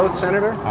senator?